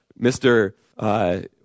Mr